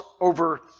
over